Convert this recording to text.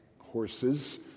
horses